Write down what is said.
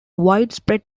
widespread